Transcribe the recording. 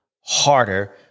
harder